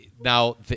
now